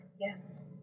yes